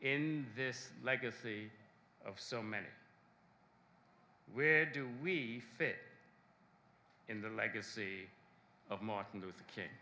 in this legacy of so many where do we fit in the legacy of martin luther king